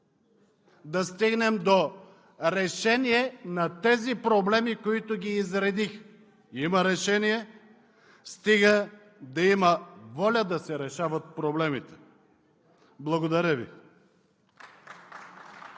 да стигнем до решение на тези проблеми, които изредих. Има решение, стига да има воля да се решават проблемите. Благодаря Ви.